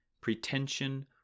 pretension